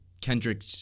Kendrick